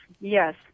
yes